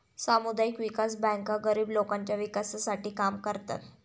सामुदायिक विकास बँका गरीब लोकांच्या विकासासाठी काम करतात